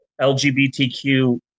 LGBTQ